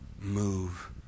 move